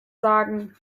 sagen